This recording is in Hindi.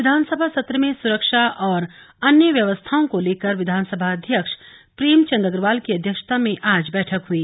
विधानसभा सत्र में सुरक्षा और अन्य व्यवस्थाओं को लेकर विधानसभा अध्यक्ष प्रेमचंद अग्रवाल की अध्यक्षता में आज बैठक हुई